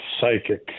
psychic